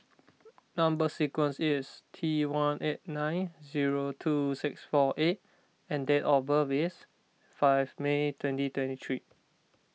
Number Sequence is T one eight nine zero two six four A and date of birth is five May twenty twenty three